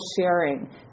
sharing